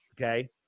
okay